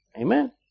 Amen